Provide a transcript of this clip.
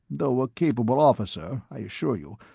though a capable officer, i assure you,